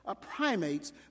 primates